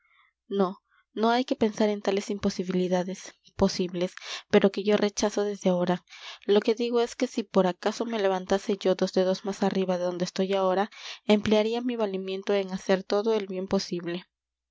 no no hay que pensar en tales imposibilidades posibles pero que yo rechazo desde ahora lo que digo es que si por acaso me levantase yo dos dedos más arriba de donde estoy ahora emplearía mi valimiento en hacer todo el bien posible